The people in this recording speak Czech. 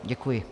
Děkuji.